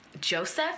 Joseph